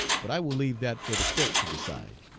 but i will leave that for the court to decide.